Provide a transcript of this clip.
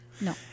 No